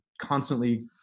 constantly